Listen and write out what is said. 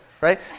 right